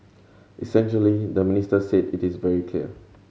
essentially the minister said it is very clear